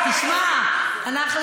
תשמע,